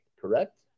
correct